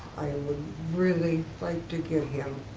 i would really like to get him